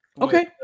Okay